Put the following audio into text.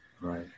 right